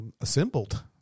assembled